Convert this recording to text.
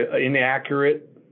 inaccurate